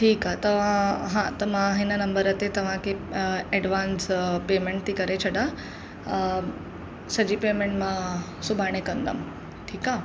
ठीकु आहे तव्हां हा त मां हिन नंबर ते तव्हांखे एडवांस पेमेंट थी करे छॾां सॼी पेमेंट मां सुभाणे कंदमि ठीकु आहे